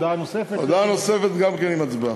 לא הספקת, בסדר.